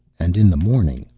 and in the morning,